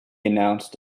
announced